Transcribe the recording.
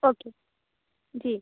okay जी